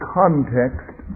context